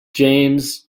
james